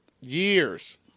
years